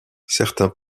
certains